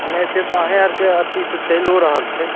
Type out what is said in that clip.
नहि से तऽ अहीँ आओरके अथिसँ चलिओ रहल छै